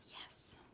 Yes